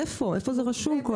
איפה זה רשום?